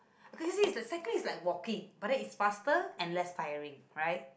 okay cause you see cycling is like walking but then is faster and less tiring right